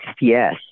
yes